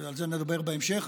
על זה נדבר בהמשך.